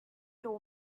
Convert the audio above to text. tow